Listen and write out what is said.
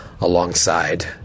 alongside